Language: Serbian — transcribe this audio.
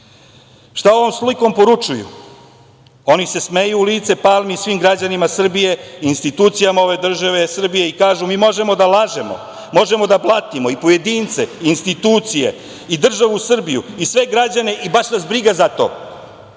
ovom slikom poručuju? Oni se smeju u lice Palmi i svim građanima Srbije, institucijama ove države Srbije i kažu – mi možemo da lažemo, možemo da platimo i pojedince, institucije, državu Srbiju i sve građane i baš nas briga za to,